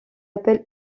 appel